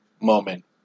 moment